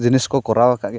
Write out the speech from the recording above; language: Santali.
ᱡᱤᱱᱤᱥ ᱠᱚ ᱠᱚᱨᱟᱣ ᱠᱟᱜ ᱜᱮᱭᱟ